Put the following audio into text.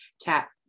tap